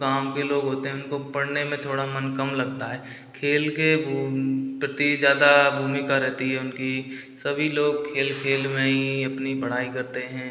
गाँव के लोग होते हैं उनको पढ़ने में थोड़ा मन कम लगता है खेल के भू प्रति ज़्यादा भूमिका रहती है उनकी सभी लोग खेल खेल में ही अपनी पढ़ाई करते हैं